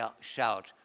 shout